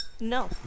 no